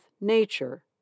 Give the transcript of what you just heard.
nature